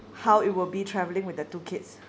how it will be traveling with the two kids